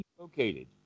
located